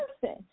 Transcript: person